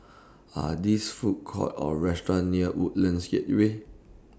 Are These Food Courts Or restaurants near Woodlands Causeway